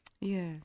yes